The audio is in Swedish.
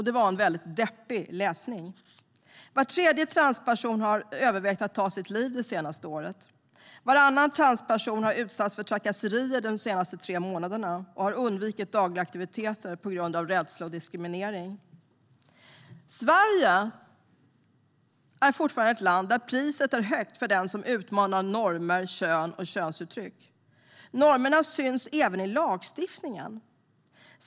Det var en deppig läsning. Var tredje transperson har övervägt att ta sitt liv det senaste året. Varannan transperson har utsatts för trakasserier de senaste tre månaderna och undvikit dagliga aktiviteter på grund av rädsla och diskriminering. Sverige är fortfarande ett land där priset är högt för den som utmanar normer för kön och könsuttryck. Normerna syns även i lagstiftningen.